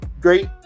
great